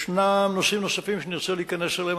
יש נושאים שאני רוצה להיכנס אליהם.